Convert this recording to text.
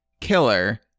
killer